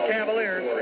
Cavaliers